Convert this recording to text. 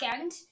end